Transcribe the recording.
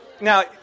now